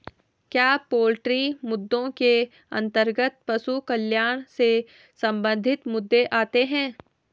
क्या पोल्ट्री मुद्दों के अंतर्गत पशु कल्याण से संबंधित मुद्दे आते हैं?